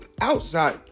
outside